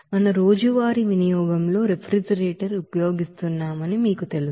మన రోజువారీ వినియోగంలో రిఫ్రిజిరేటర్ ఉపయోగిస్తున్నామని మాకు తెలుసు